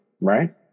right